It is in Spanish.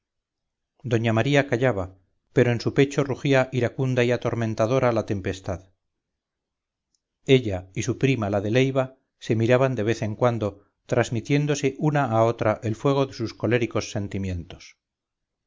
doña maría callaba pero en su pecho rugía iracunda y atormentadora la tempestad ella y su prima la de leiva se miraban de vez en cuando transmitiéndose una a otra el fuego de sus coléricos sentimientos